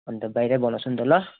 अन्त बाहिरै बनाउँछु नि त ल